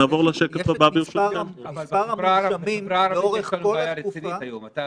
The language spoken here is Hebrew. אמרת שיש לנו בעיה רצינית היום בחברה הערבית.